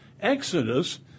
Exodus